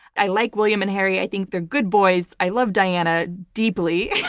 i like william and harry. i think they're good boys. i love diana deeply.